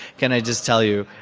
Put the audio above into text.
can i just tell you.